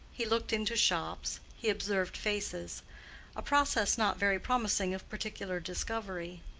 he looked into shops, he observed faces a process not very promising of particular discovery.